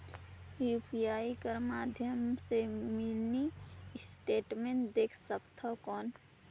UPI कर माध्यम से मिनी स्टेटमेंट देख सकथव कौन?